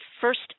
first